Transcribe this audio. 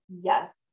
yes